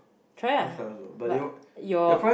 try ah but your